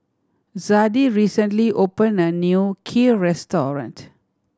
Zadie recently opened a new Kheer restaurant